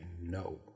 no